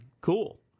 Cool